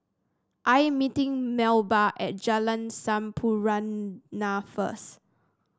I am meeting Melba at Jalan Sampurna first